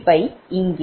5 0